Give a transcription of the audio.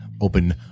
open